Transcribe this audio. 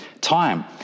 time